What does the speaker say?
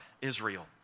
Israel